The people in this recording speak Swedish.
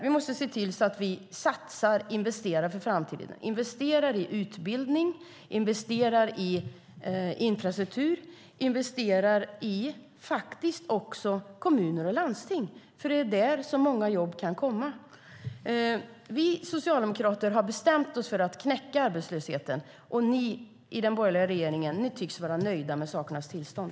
Vi måste se till att vi satsar, investerar för framtiden, investerar i utbildning, investerar i infrastruktur, investerar faktiskt också i kommuner och landsting, för det är där som många jobb kan komma. Vi socialdemokrater har bestämt oss för att knäcka arbetslösheten, men ni i den borgerliga regeringen tycks vara nöjda med sakernas tillstånd.